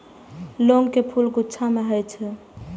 लौंग के फूल गुच्छा मे होइ छै